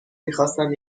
میخواستم